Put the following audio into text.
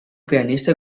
pianista